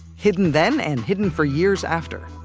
hidden then. and hidden for years after.